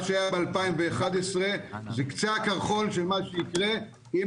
מה שהיה ב-2011 זה קצה הקרחון של מה שיקרה אם